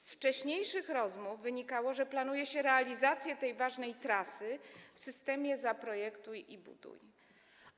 Z wcześniejszych rozmów wynikało, że planuje się realizację tej ważnej trasy w systemie: zaprojektuj i zbuduj.